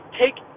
take